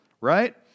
right